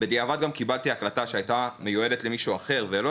בדיעבד גם קיבלתי הקלטה שהיתה מיועדת למישהו אחר ולא